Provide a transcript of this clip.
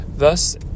Thus